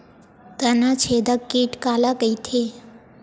तनाछेदक कीट काला कइथे?